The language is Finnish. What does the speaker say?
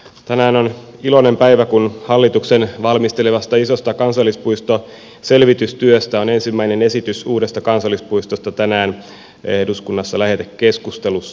tänään on iloinen päivä kun hallituksen valmistelemasta isosta kansallispuistoselvitystyöstä on ensimmäinen esitys uudesta kansallispuistosta tänään eduskunnassa lähetekeskustelussa